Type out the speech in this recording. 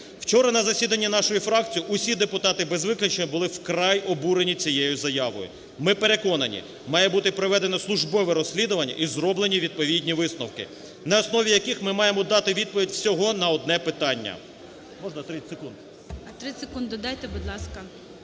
Вчора на засіданні нашої фракції усі депутати без виключення були вкрай обурені цією заявою. Ми переконані має бути проведено службове розслідування і зроблені відповідні висновки, на основі яких ми маємо дати відповідь всього на одне питання.